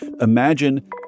Imagine